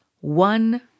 one